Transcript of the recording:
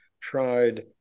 tried